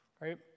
Right